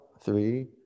three